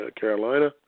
Carolina